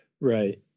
Right